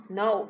no